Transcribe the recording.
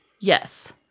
Yes